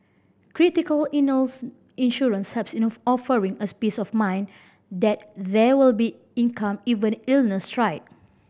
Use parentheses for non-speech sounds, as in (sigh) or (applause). critical illness insurance helps in (unintelligible) offering a (unintelligible) peace of mind that there will be income even if illnesses strike